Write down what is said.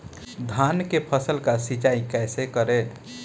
धान के फसल का सिंचाई कैसे करे?